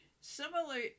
Similarly